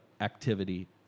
activity